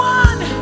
one